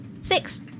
Six